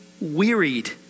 wearied